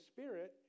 Spirit